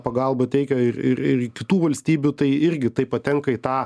pagalbą teikia ir ir ir kitų valstybių tai irgi tai patenka į tą